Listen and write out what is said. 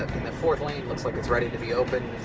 and the fourth lane looks like it's ready to be open,